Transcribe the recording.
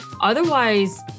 otherwise